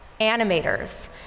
animators